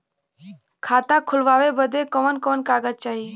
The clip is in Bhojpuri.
खाता खोलवावे बादे कवन कवन कागज चाही?